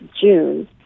June